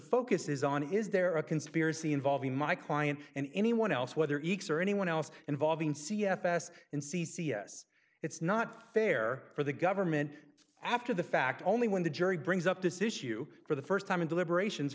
focus is on is there a conspiracy involving my client and anyone else whether eeks or anyone else involving c f s in c c s it's not fair for the government after the fact only when the jury brings up this issue for the first time in deliberations